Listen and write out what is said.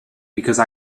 because